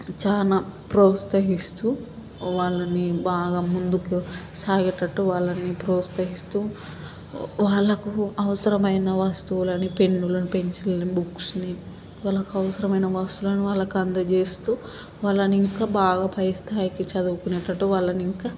చాలా ప్రోత్సహిస్తూ వాళ్ళని బాగా ముందుకు సాగేటట్టు వాళ్ళని ప్రోత్సహిస్తూ వాళ్ళకు అవసరమైన వస్తువులను పెన్నులను పెన్సిళ్ళని బుక్స్ని వాళ్ళకు అవసరమైన వస్తువులను వాళ్ళకి అందజేస్తూ వాళ్ళని ఇంకా బాగా పైస్తాయికి చదువుకునేటట్టు వాళ్ళని ఇంకా